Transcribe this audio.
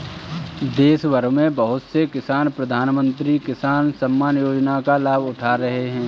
देशभर में बहुत से किसान प्रधानमंत्री किसान सम्मान योजना का लाभ उठा रहे हैं